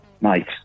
Mate